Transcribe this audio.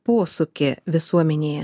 posūkį visuomenėje